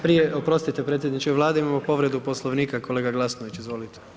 Prije, oprostite predsjedniče Vlade, imamo povredu Poslovnika, kolega Glasnović, izvolite.